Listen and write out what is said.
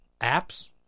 apps